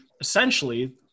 essentially